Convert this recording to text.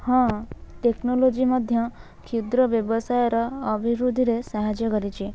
ହଁ ଟେକ୍ନୋଲୋଜି ମଧ୍ୟ କ୍ଷୁଦ୍ର ବ୍ୟବସାୟର ଅଭିବୃଦ୍ଧିରେ ସାହାଯ୍ୟ କରିଛି